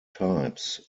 types